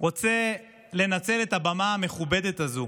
רוצה לנצל את הבמה המכובדת הזאת